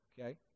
Okay